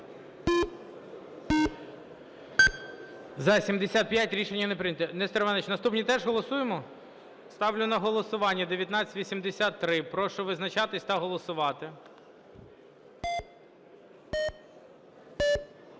За-75 Рішення не прийнято. Нестор Іванович, наступні теж голосуємо? Ставлю на голосування 1983. Прошу визначатись та голосувати.